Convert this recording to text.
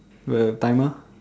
with a timer